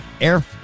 air